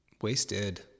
Wasted